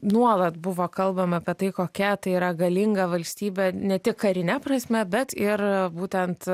nuolat buvo kalbama apie tai kokia tai yra galinga valstybė ne tik karine prasme bet ir būtent